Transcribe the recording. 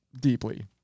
deeply